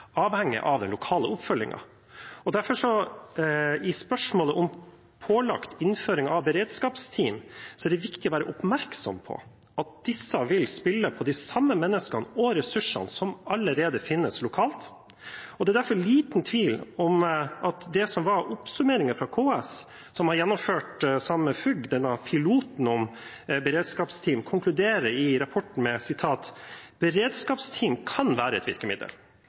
av den lokale oppfølgingen. I spørsmålet om pålagt innføring av beredskapsteam er det derfor viktig å være oppmerksom på at disse vil fylles av de samme menneskene og ressursene som allerede finnes lokalt. Det er derfor liten tvil om det som oppsummeringen fra KS, som sammen med FUG har gjennomført piloten om beredskapsteam, konkluderer med i rapporten: «Beredskapsteam kan være et virkemiddel.